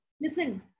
Listen